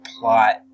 plot